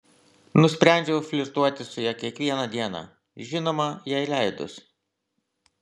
nusprendžiau flirtuoti su ja kiekvieną dieną žinoma jai leidus